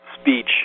speech